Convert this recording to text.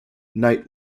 knight